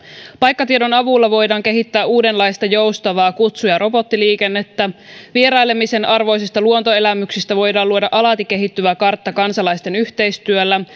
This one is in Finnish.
paikkatiedon avulla voidaan kehittää uudenlaista joustavaa kutsu ja robottiliikennettä vierailemisen arvoisista luontoelämyksistä voidaan luoda alati kehittyvä kartta kansalaisten yhteistyöllä